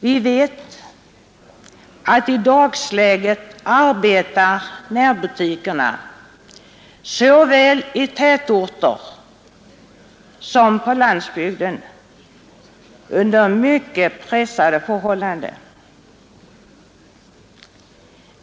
Vi vet att närbutikerna, såväl i tätorter som på landsbygden, i dagsläget arbetar under mycket pressande förhållanden.